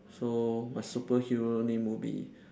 so my superhero name will be